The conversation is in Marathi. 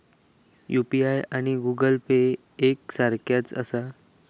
यू.पी.आय आणि गूगल पे एक सारख्याच आसा?